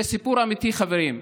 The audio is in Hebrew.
זה סיפור אמיתי חברים.